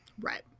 right